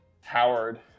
Howard